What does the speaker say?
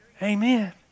Amen